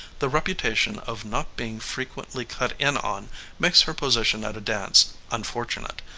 the reputation of not being frequently cut in on makes her position at a dance unfortunate.